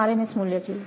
આ rms મૂલ્ય છે